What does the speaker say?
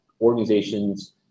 organizations